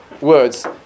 words